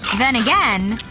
then again,